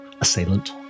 assailant